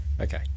Okay